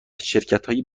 شرکتهای